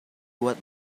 what